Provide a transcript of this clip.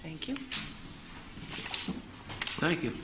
thank you thank you